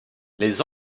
les